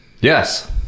Yes